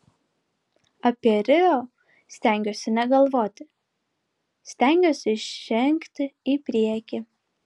apie rio stengiuosi negalvoti stengiuosi žengti į priekį